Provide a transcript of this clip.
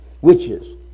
witches